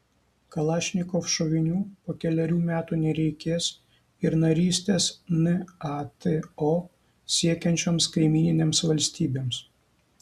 kalašnikov šovinių po kelerių metų nereikės ir narystės nato siekiančioms kaimyninėms valstybėms